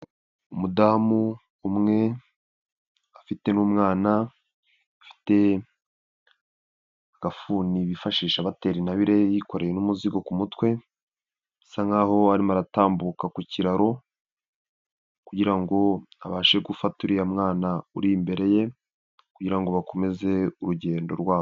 Umudamu umwe afite n'umwana afite agafuni bifashisha batera intabire yikoreye n'umuzigo ku mutwe bisa nkaho arimo aratambuka ku kiraro kugira ngo abashe gufata uriya mwana uri imbere ye kugira ngo bakomeze urugendo rwabo.